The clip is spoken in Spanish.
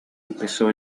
empezó